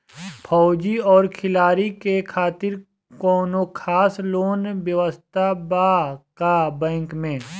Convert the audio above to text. फौजी और खिलाड़ी के खातिर कौनो खास लोन व्यवस्था बा का बैंक में?